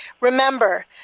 remember